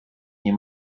nie